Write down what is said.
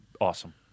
Awesome